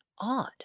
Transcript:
odd